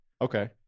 Okay